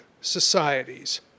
societies